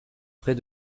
près